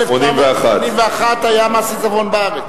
1981 היה מס עיזבון בארץ.